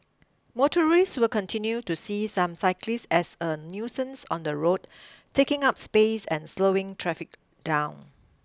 motorists will continue to see some cyclists as a nuisance on the road taking up space and slowing traffic down